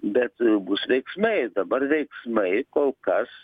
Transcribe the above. bet bus veiksmai dabar veiksmai kol kas